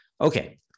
Okay